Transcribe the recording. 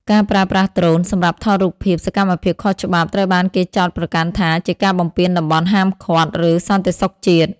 ការប្រើប្រាស់ដ្រូន សម្រាប់ថតរូបភាពសកម្មភាពខុសច្បាប់ ត្រូវបានគេចោទប្រកាន់ថាជាការបំពានតំបន់ហាមឃាត់ ឬសន្តិសុខជាតិ។